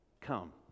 Come